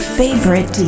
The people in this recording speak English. favorite